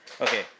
Okay